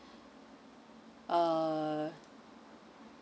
uh